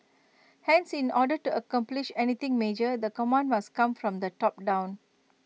hence in order to accomplish anything major the command must come from the top down